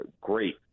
great